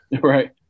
Right